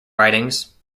writings